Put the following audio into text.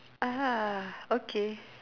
ah okay